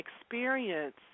experience